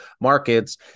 markets